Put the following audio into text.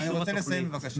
שנייה, אני רוצה לסיים בבקשה.